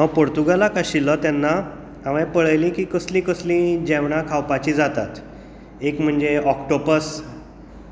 हांव पुर्तुगालक आशिल्लो तेन्ना हांवे पळयली की कसली कसली जेवणां खावपाची जातात एक म्हणजे ऑक्टोपस